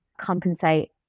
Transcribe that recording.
compensate